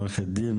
עורכת דין,